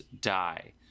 Die